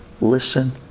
listen